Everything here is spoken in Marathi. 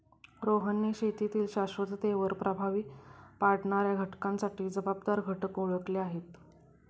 रोहनने शेतीतील शाश्वततेवर प्रभाव पाडणाऱ्या घटकांसाठी जबाबदार घटक ओळखले आहेत